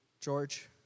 George